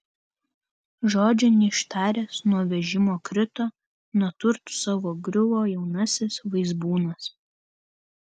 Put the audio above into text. žodžio neištaręs nuo vežimo krito nuo turtų savo griuvo jaunasis vaizbūnas